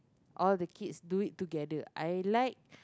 all the kids do it together I like